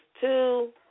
two